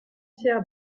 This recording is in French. pierre